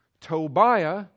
Tobiah